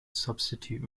substitute